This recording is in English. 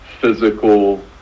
physical